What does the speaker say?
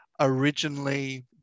Originally